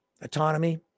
Autonomy